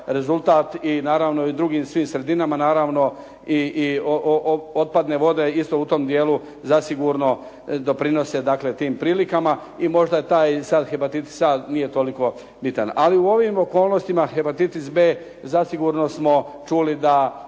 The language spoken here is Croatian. rezultat i naravno i u drugim svim sredinama, i otpadne vode u tom dijelu zasigurno doprinose tim prilikama i možda taj sad hepatitis A nije toliko bitan. Ali u ovim okolnostima hepatitis B zasigurno smo čuli da